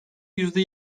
yüzde